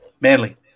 Manly